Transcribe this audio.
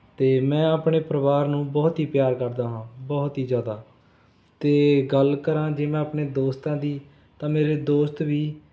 ਅਤੇ ਮੈਂ ਆਪਣੇ ਪਰਿਵਾਰ ਨੂੰ ਬਹੁਤ ਹੀ ਪਿਆਰ ਕਰਦਾ ਹਾਂ ਬਹੁਤ ਹੀ ਜ਼ਿਆਦਾ ਅਤੇ ਗੱਲ ਕਰਾਂ ਜੇ ਮੈਂ ਆਪਣੇ ਦੋਸਤਾਂ ਦੀ ਤਾਂ ਮੇਰੇ ਦੋਸਤ ਵੀ